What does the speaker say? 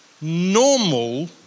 normal